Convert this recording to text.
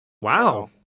wow